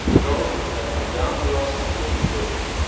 those which have come down to us in good condition.